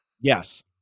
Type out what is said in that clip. Yes